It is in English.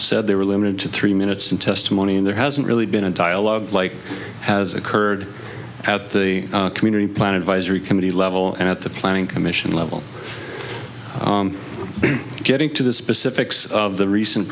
said they were limited to three minutes in testimony and there hasn't really been a dialogue like has occurred at the community plan advisory committee level and at the planning commission level getting to the specifics of the recent